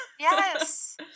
Yes